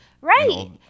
Right